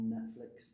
Netflix